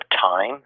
time